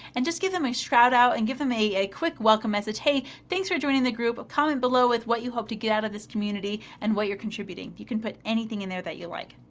and just give them a shout out and give them a a quick welcome message. hey, thanks for joining the group. comment below with what you hope to get out of this community and what you're contributing. you can put anything in there that you like,